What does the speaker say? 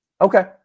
Okay